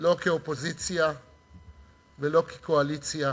לא כאופוזיציה ולא כקואליציה